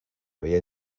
había